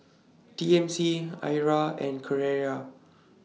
T M C Arai and Carrera